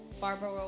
Barbara